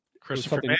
Christopher